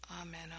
Amen